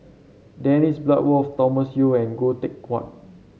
Dennis Bloodworth Thomas Yeo and Goh Teck Phuan